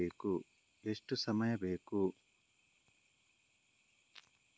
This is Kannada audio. ಎಷ್ಟು ಸಮಯ ಬೇಕು?